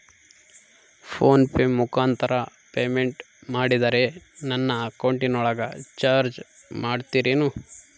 Phone pay ಮುಖಾಂತರ payment ಮಾಡಿದರೆ ನನ್ನ ಅಕೌಂಟಿನೊಳಗ ಚಾರ್ಜ್ ಮಾಡ್ತಿರೇನು?